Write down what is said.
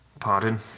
Pardon